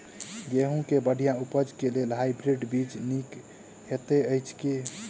गेंहूँ केँ बढ़िया उपज केँ लेल हाइब्रिड बीज नीक हएत अछि की?